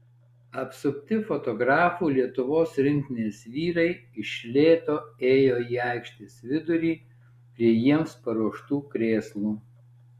apsupti fotografų lietuvos rinktinės vyrai iš lėto ėjo į aikštės vidurį prie jiems paruoštų krėslų